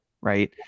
right